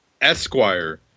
esquire